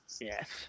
Yes